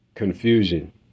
Confusion